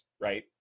right